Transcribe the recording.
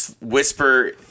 whisper